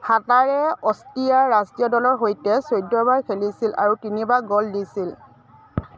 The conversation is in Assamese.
হাটাৰে অ'ষ্ট্ৰিয়া ৰাষ্ট্ৰীয় দলৰ সৈতে চৈধ্য বাৰ খেলিছিল আৰু তিনি বাৰ গ'ল দিছিল